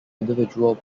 individual